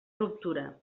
ruptura